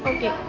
Okay